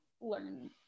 learn